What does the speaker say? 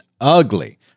ugly